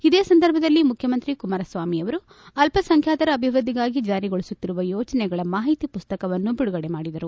ಇದೇ ಸಂದರ್ಭದಲ್ಲಿ ಮುಖ್ಯಮಂತ್ರಿ ಕುಮಾರಸ್ವಾಮಿ ಅಲ್ಲಸಂಖ್ಯಾತರ ಅಭಿವ್ದದ್ಲಿಗಾಗಿ ಜಾರಿಗೊಳಿಸುತ್ತಿರುವ ಯೋಜನೆಗಳ ಮಾಹಿತಿ ಮಸ್ತಕವನ್ನು ಬಿಡುಗಡೆ ಮಾಡಿದರು